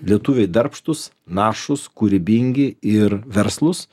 lietuviai darbštūs našūs kūrybingi ir verslūs